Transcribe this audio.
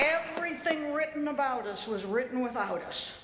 anything written about us was written without us